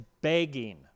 begging